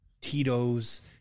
Tito's